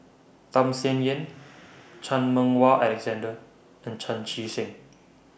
Tham Sien Yen Chan Meng Wah Alexander and Chan Chee Seng